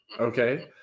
okay